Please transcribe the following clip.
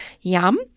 Yum